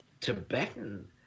Tibetan